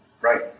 Right